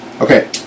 Okay